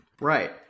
Right